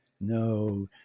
No